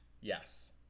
Yes